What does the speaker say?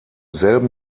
selben